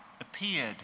appeared